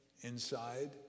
inside